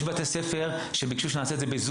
יש בתי ספר שביקשו שנעשה את זה ב- Zoom